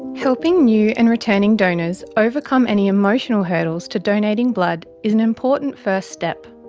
helping new and returning donors overcome any emotional hurdles to donating blood is an important first step.